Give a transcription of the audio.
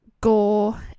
gore